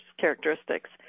characteristics